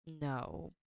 No